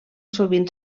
sovint